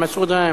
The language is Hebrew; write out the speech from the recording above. מסעוד גנאים,